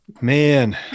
Man